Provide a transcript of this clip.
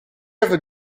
ever